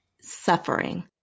suffering